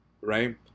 right